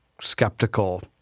skeptical